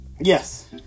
Yes